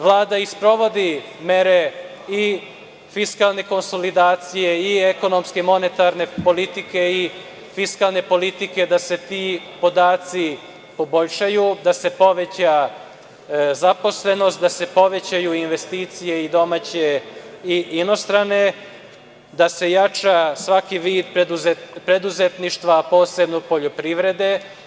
Vlada i sprovodi mere i fiskalne konsolidacije i ekonomske u monetarne, i fiskalne politike da se ti podaci poboljšaju, da se poveća zaposlenost, da se povećaju investicije i domaće i inostrane, da se jača svaki vid preduzetništva, a posebno poljoprivrede.